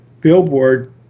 billboard